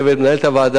למנהלת הוועדה,